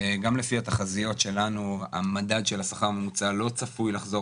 גם לפי התחזיות שלנו המדד של השכר הממוצע לא צפוי לחזור